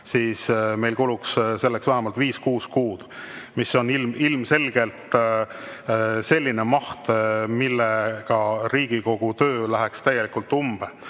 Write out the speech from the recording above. siis meil kuluks selleks vähemalt viis-kuus kuud. See on ilmselgelt selline maht, millega Riigikogu töö läheks täielikult umbe.